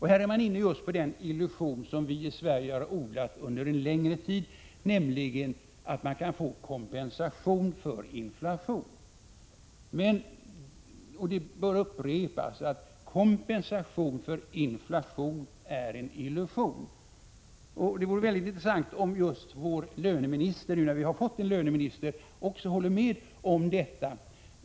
Här är man inne på just den illusion vi i Sverige odlat under en längre tid, nämligen att man kan få kompensation för inflation. Men, och det bör upprepas, kompensation för inflation är en illusion. Det var intressant att vår löneminister — när vi nu fått en löneminister — också håller med om detta.